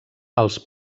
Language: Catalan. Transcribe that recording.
els